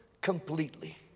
completely